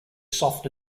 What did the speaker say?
soft